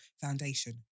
foundation